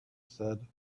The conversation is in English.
said